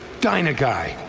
dyna guy